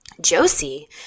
Josie